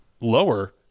lower